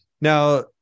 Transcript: Now